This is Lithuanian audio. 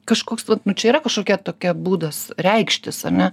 kažkoks vat nu čia yra kažkokia tokia būdas reikštis ar ne